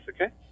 okay